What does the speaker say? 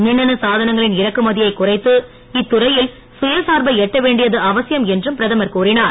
மின்னணு சாதனங்களின் இறக்குமதியை குறைத்து இத்துறையில் சுயசார்வை எட்ட வேண்டியது அவசியம் என்றும் பிரதமர் கூறினார்